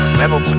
level